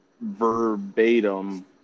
verbatim